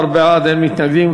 11 בעד, אין מתנגדים.